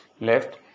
left